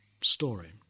story